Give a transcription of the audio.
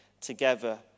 together